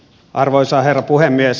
arvoisa herra puhemies